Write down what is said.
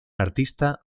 artista